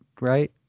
right